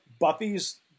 Buffy's